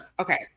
Okay